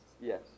Yes